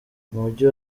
umujyi